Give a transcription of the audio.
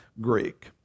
Greek